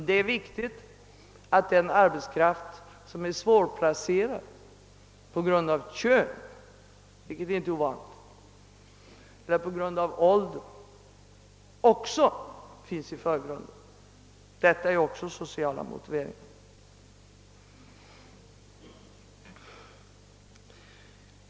Det är också viktigt att den arbetskraft som är svårplacerad på grund av sitt kön eller på grund av sin ålder — det är inte ovanligt — kommer i förgrunden; även härvidlag rör det sig om sociala motiveringar. Herr talman!